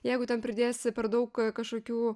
jeigu ten pridėsi per daug kažkokių